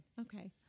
Okay